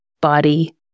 body